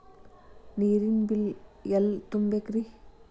ನೇರಿನ ಬಿಲ್ ಎಲ್ಲ ತುಂಬೇಕ್ರಿ?